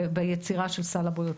ביצירה של סל הבריאות.